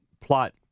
plot